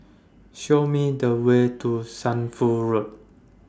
Show Me The Way to Shunfu Road